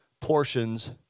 portions